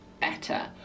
better